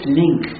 link